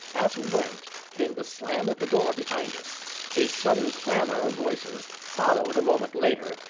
as we went, came the slam of a door behind us a sudden clamor of voices, followed, a moment later,